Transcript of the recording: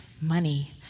money